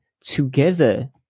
together